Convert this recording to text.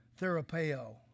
therapeo